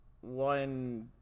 one